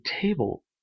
table